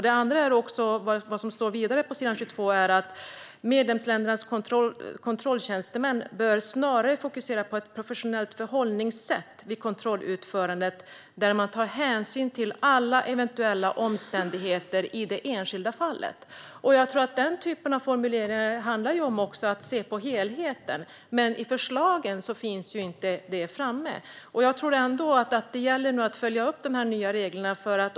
Det andra gäller vad som står på s. 22 och 23: Medlemsländernas kontrolltjänstemän bör snarare fokusera på ett professionellt förhållningssätt vid kontrollutförandet, där man tar hänsyn till alla eventuella omständigheter i det enskilda fallet. Jag tror att den typen av formulering handlar om att se på helheten, men i förslagen finns ju inte det framme. Jag tror att det gäller att följa upp de nya reglerna.